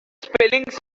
spellings